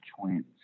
twins